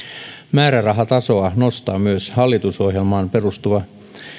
määrärahatasoa nostaa myös hallitusohjelmaan perustuva